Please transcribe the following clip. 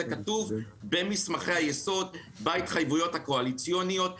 זה כתוב במסמכי היסוד בהתחייבויות הקואליציוניות,